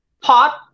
pot